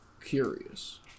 curious